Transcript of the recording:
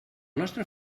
nostre